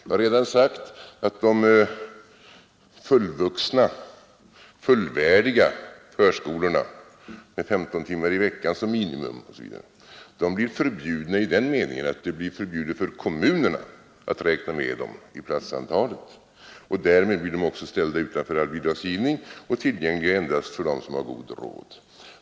Jag har redan sagt att de fullvärdiga förskolorna, med 15 timmar i veckan som minimum osv., blir förbjudna i den meningen att det blir förbjudet för kommunerna att ta med dem i sin platsberäkning. Därmed blir de också ställda utanför all bidragsgivning och tillgängliga endast för dem som har god råd.